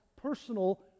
personal